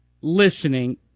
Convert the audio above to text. listening